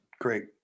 great